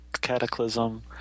Cataclysm